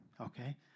Okay